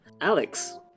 Alex